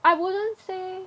I wouldn't say